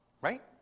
right